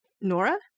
Nora